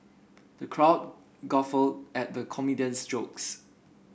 the crowd guffawed at the comedian's jokes